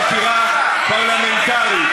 זה נכון.